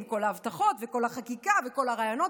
עם כל ההבטחות וכל החקיקה וכל הרעיונות